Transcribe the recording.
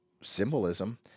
symbolism